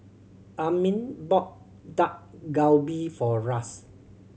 Armin bought Dak Galbi for Ras